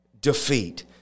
defeat